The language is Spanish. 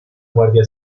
guardia